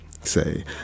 say